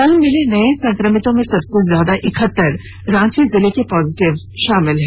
कल मिले नए संक्रमितों में सबसे ज्यादा इकहतर रांची जिले के पॉजिटिव शामिल हैं